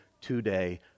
today